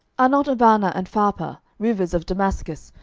are not abana and pharpar, rivers of damascus,